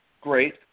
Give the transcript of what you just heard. great